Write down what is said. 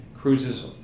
cruises